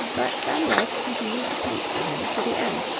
but van dyck continued to paint for him to the end,